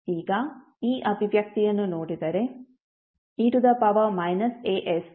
ಈಗ ಈ ಅಭಿವ್ಯಕ್ತಿಯನ್ನು ನೋಡಿದರೆ e as ಸ್ಥಿರವಾಗಿರುತ್ತದೆ